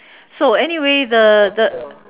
so anyway the the